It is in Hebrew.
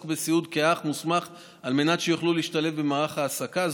בסיעוד כאח מוסמך על מנת שיוכלו להשתלב במערך ההעסקה.